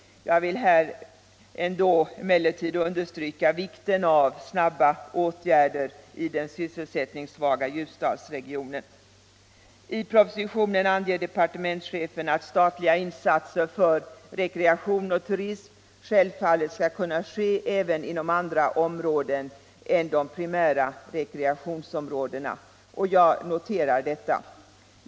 Jag vill här emellertid understryka vikten av snabba åtgärder i den sysselsättningssvaga Ljusdalsregionen. I propositionen anger departementschefen att statliga insatser för rekreation och turism självfallet skall kunna göras även inom andra områden än de primära rekreationsområdena. Jag noterar detta.